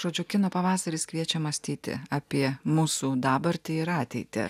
žodžiu kino pavasaris kviečia mąstyti apie mūsų dabartį ir ateitį